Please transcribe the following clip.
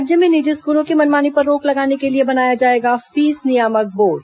राज्य में निजी स्कूलों की मनमानी पर रोक लगाने के लिए बनाया जाएगा फीस नियामक बोर्ड